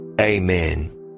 amen